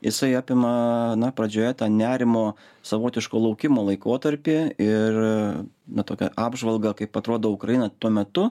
jisai apima na pradžioje tą nerimo savotiško laukimo laikotarpį ir na tokią apžvalgą kaip atrodo ukraina tuo metu